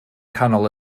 canol